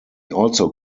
also